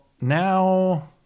Now